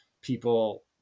people